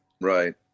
Right